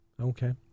okay